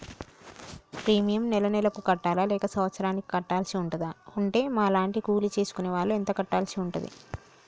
Premium నెల నెలకు కట్టాలా లేక సంవత్సరానికి కట్టాల్సి ఉంటదా? ఉంటే మా లాంటి కూలి చేసుకునే వాళ్లు ఎంత కట్టాల్సి ఉంటది?